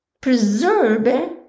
preserve